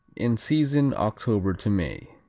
in season october to may.